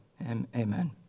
amen